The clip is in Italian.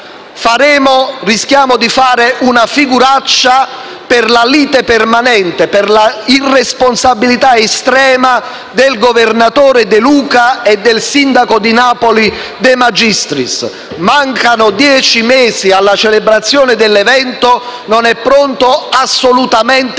Rischiamo di fare una figuraccia, per la lite permanente e per l'irresponsabilità estrema del presidente della Regione Campania De Luca e del sindaco di Napoli De Magistris. Mancano dieci mesi alla celebrazione dell'evento e non è pronto assolutamente nulla,